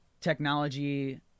technology